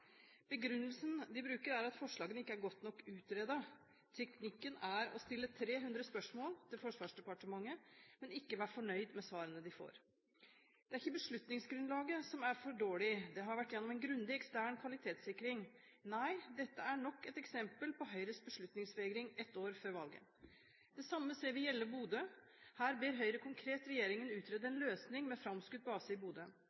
Begrunnelsen de bruker, er at forslagene ikke er godt nok utredet. Teknikken er å stille 300 spørsmål til Forsvarsdepartementet – og ikke være fornøyd med svarene man får. Det er ikke beslutningsgrunnlaget som er for dårlig. Det har vært gjennom en grundig ekstern kvalitetssikring – nei, dette er nok et eksempel på Høyres beslutningsvegring ett år før valget. Det samme ser vi når det gjelder Bodø. Her ber Høyre konkret regjeringen om å utrede en løsning med framskutt base i